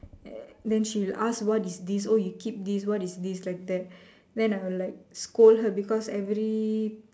err then she'll ask what is this oh you keep this what is this like that then I will like scold her because every